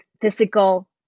physical